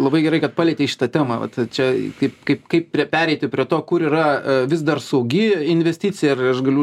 labai gerai kad palietei šitą temą vat čia kaip kaip kaip prie pereiti prie to kur yra vis dar saugi investicija ir aš galiu